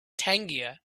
tangier